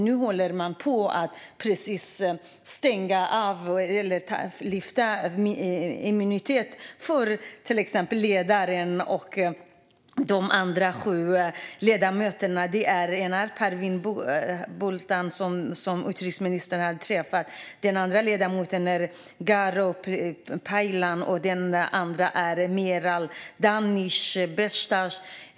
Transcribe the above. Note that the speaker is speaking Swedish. Nu håller man på att lyfta immunitet för till exempel ledaren och de andra sju ledamöterna. Det är Pervin Buldan, som utrikesministern har träffat. Den andre ledamoten är Garo Paylan, och den tredje är Meral Danıs Bestas.